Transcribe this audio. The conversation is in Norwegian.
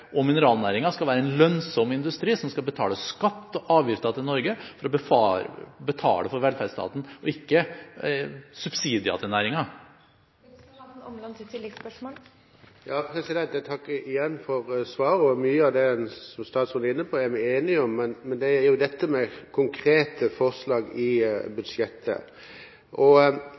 og mineralnæringen skal være en lønnsom industri som skal betale skatt og avgifter til Norge for å betale for velferdsstaten, ikke en næring som skal subsidieres. Jeg takker igjen for svaret, og mye av det som statsråden var inne på, er vi enige om. Men til dette med konkrete forslag i budsjettet: Et av tiltakene i strategien er satsing på Direktoratet for mineralforvaltning, og